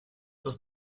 was